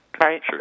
Right